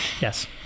yes